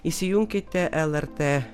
įsijunkite lrt